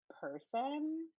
Person